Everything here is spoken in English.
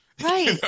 Right